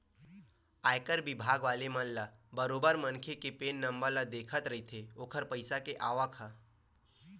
आयकर बिभाग वाले मन ल बरोबर मनखे के पेन नंबर ले दिखत रहिथे ओखर पइसा के आवक ह